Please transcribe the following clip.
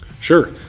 Sure